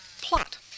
plot